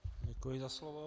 Děkuji za slovo.